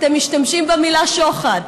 אתם משתמשים במילה "שוחד".